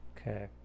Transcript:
Okay